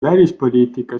välispoliitika